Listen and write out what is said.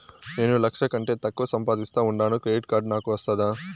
నేను లక్ష కంటే తక్కువ సంపాదిస్తా ఉండాను క్రెడిట్ కార్డు నాకు వస్తాదా